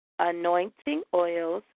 AnointingOils